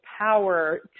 power